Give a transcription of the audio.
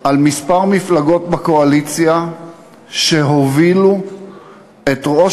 על כמה מפלגות בקואליציה שהובילו את ראש